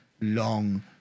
long